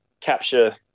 capture